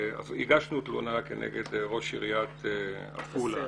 הגשנו תלונה כנגד ראש עיריית עפולה